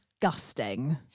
Disgusting